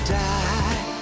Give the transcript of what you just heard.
die